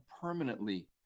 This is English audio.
permanently